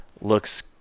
looks